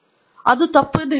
ಅದು ತಪ್ಪು ಎಂದು ಹೇಳುತ್ತದೆ